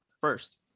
first